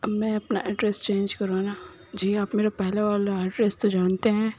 میں اپںا address change کروانا جی آپ میرا پہلا والا ایڈریس تو جانتے ہیں